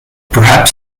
perhaps